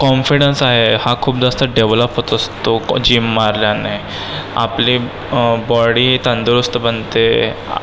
confidence आहे हा खूप जास्त डेव्हलप होत असतो जिम मारल्याने आपली बॉडी तंदुरुस्त बनते